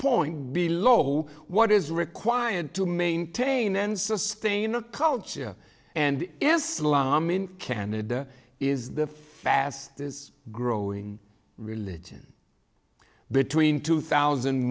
point below what is required to maintain and sustain a culture and islam in canada is the fastest growing religion between two thousand